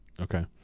Okay